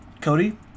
Cody